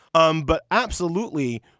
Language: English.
um but absolutely.